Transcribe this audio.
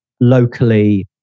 locally